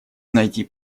найти